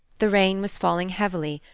the rain was falling heavily,